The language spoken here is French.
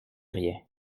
rien